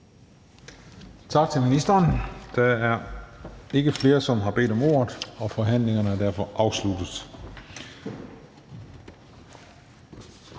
Tak til ministeren. Der er ikke flere, som har bedt om ordet, og forhandlingen er derfor afsluttet.